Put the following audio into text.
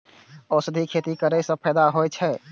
औषधि खेती करे स फायदा होय अछि?